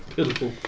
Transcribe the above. Pitiful